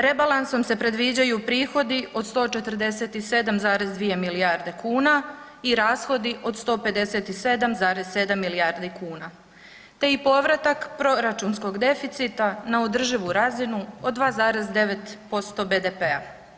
Rebalansom se predviđaju prihodi od 147,2 milijarde kuna i rashodi od 157,7 milijardi kuna te i povratak proračunskog deficita na održivu razinu od 2,9% BDP-a.